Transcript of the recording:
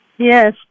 Yes